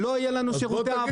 לא יהיה לנו שירותי האבקה.